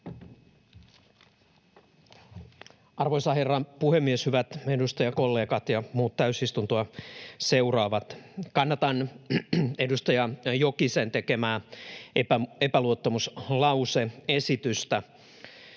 Arvoisa herra puhemies! Hyvät edustajakollegat ja muut täysistuntoa seuraavat! Kannatan edustaja Jokisen tekemää epäluottamuslause-esitystä.